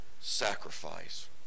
sacrifice